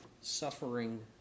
suffering